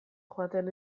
joaten